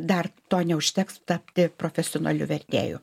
dar to neužteks tapti profesionaliu vertėju